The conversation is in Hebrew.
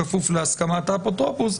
בכפוף להסכמת האפוטרופוס,